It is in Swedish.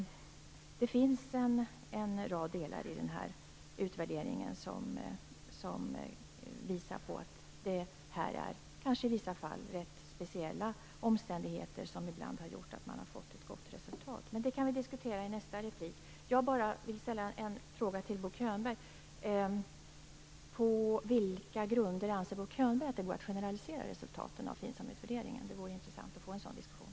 Det finns en rad delar i den här utvärderingen som visar att det här i vissa fall är rätt speciella omständigheter som har gjort att man har fått ett gott resultat, men det kan vi diskutera i nästa replikskifte. Jag vill bara ställa en fråga till Bo Könberg: På vilka grunder anser Bo Könberg att det går att generalisera resultaten av FINSAM-utvärderingen? Det vore intressant att få en sådan diskussion.